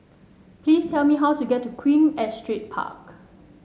please tell me how to get to Queen Astrid Park